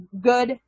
good